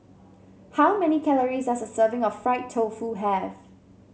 how many calories does a serving of Fried Tofu have